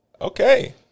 Okay